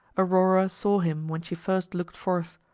aurora saw him when she first looked forth,